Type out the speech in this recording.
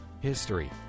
history